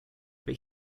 but